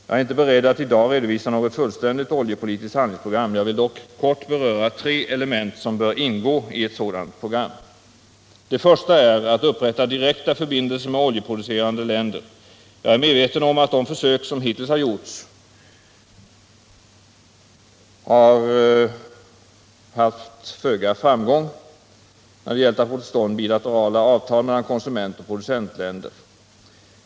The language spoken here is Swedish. Jag är inte beredd att i dag redovisa något fullständigt oljepolitiskt handlingsprogram. Jag vill dock kort beröra tre element som bör ingå i ett sådant program. Det första är att upprätta direkta förbindelser med oljeproducerande länder. Jag är medveten om att de försök som hittills har gjorts att få till stånd bilaterala avtal mellan konsumentoch producentländer har haft föga framgång.